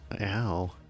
Ow